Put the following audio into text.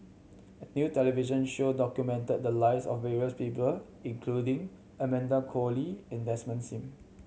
a new television show documented the lives of various people including Amanda Koe Lee and Desmond Sim